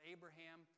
Abraham